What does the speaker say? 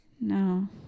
No